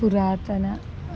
पुरातन